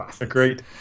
Agreed